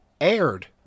aired